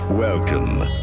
Welcome